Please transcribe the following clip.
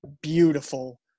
beautiful